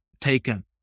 taken